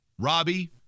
robbie